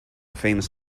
famous